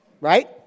right